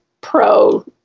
pro